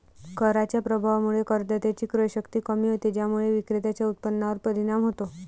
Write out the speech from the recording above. कराच्या प्रभावामुळे करदात्याची क्रयशक्ती कमी होते, ज्यामुळे विक्रेत्याच्या उत्पन्नावर परिणाम होतो